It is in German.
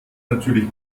natürlich